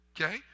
Okay